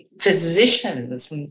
physicians